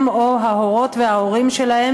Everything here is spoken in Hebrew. הם או ההורות וההורים שלהם,